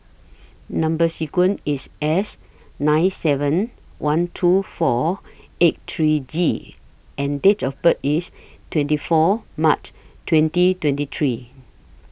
Number sequence IS S nine seven one two four eight three G and Date of birth IS twenty four March twenty twenty three